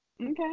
Okay